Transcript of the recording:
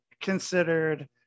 considered